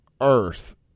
earth